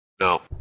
No